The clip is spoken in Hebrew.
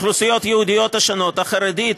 האוכלוסיות היהודיות השונות: החרדית,